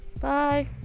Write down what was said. Bye